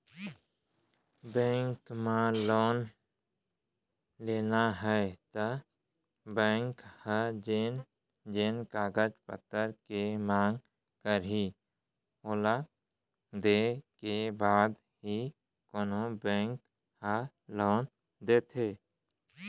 bank म loan लेना हे त बेंक ह जेन जेन कागज पतर के मांग करही ओला देय के बाद ही कोनो बेंक ह लोन देथे